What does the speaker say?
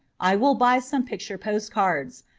i will buy some picture postcards.